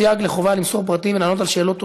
(סייג לחובה למסור פרטים ולענות על שאלות ועונשין),